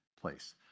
place